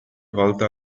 volta